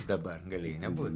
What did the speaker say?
dabar galėjai nebūt